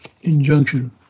Injunction